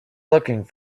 looking